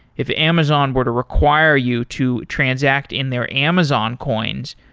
if amazon were to require you to transact in their amazon coins,